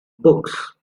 books